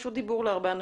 רשות דיבור להרבה אנשים.